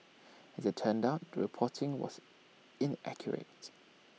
as IT turned out the reporting was inaccurate